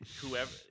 whoever